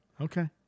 Okay